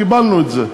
קיבלנו את זה.